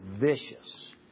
vicious